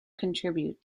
contribute